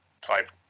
type